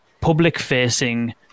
public-facing